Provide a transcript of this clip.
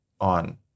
on